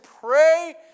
pray